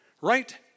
right